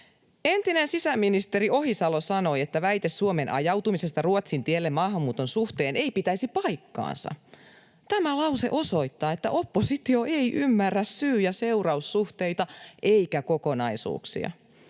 Entinen sisäministeri Ohisalo sanoi, että väite Suomen ajautumisesta Ruotsin tielle maahanmuuton suhteen ei pitäisi paikkaansa. Tämä lause osoittaa, että oppositio ei ymmärrä syy‑ ja seuraussuhteita eikä kokonaisuuksia.